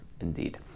indeed